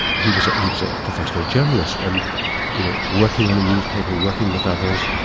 he was ah he was a professional journalist, and you know working on a newspaper, working with others,